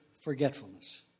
forgetfulness